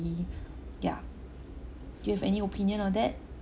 yeah do you have any opinion on that